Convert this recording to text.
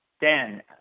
Dan